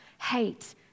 hate